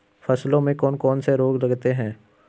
फसलों में कौन कौन से रोग लगते हैं?